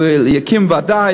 הוא יקים ועדה,